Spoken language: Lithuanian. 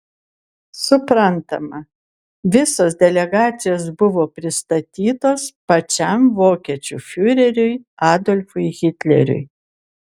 suprantama visos delegacijos buvo pristatytos pačiam vokiečių fiureriui adolfui hitleriui